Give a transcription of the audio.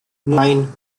nine